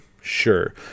Sure